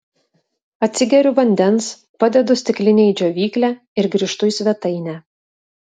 atsigeriu vandens padedu stiklinę į džiovyklę ir grįžtu į svetainę